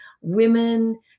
women